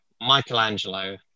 Michelangelo